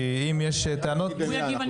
כי אם יש טענות --- אם הוא יגיב אני